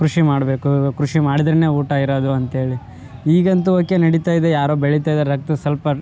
ಕೃಷಿ ಮಾಡಬೇಕು ಕೃಷಿ ಮಾಡಿದ್ರೆನೇ ಊಟ ಇರೋದು ಅಂತ್ಹೇಳಿ ಈಗಂತು ಓಕೆ ನಡೀತಾಯಿದೆ ಯಾರೋ ಬೆಳೀತ ಇದ್ದಾರೆ ರಕ್ತ ಸ್ವಲ್ಪ